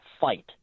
fight